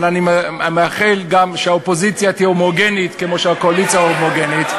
אבל אני מאחל גם שהאופוזיציה תהיה הומוגנית כמו שהקואליציה הומוגנית.